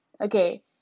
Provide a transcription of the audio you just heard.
Okay